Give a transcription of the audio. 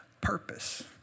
Purpose